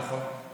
נכון.